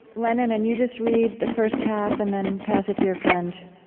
lennon, and you just read the first half, and then pass it to your friend